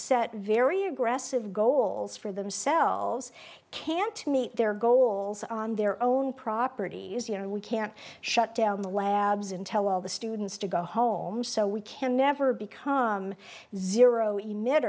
set very aggressive goals for themselves can't meet their goals on their own property as you know we can't shut down the labs and tell the students to go home so we can never become zero